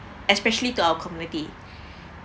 especially to our community